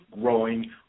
growing